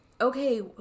okay